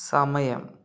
സമയം